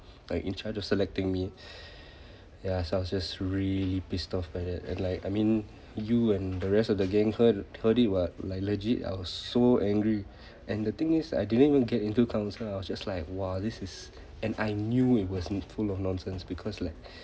like in charge of selecting me ya so I was just really pissed off by that and like I mean you and the rest of the gang heard heard it what like legit I was so angry and the thing is I didn't even get into council I was just like !wah! this is and I knew it wasn't full of nonsense because like